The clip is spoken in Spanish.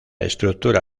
estructura